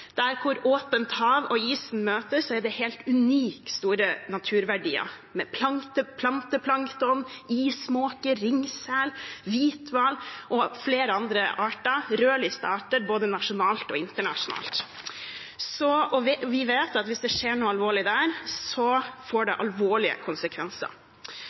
Der hvor åpent hav og isen møtes, er det helt unikt store naturverdier med planteplankton, ismåker, ringsel, hvithval og flere andre rødlistearter både nasjonalt og internasjonalt. Vi vet at hvis det skjer noe alvorlig der, får det alvorlige konsekvenser.